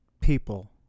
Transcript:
people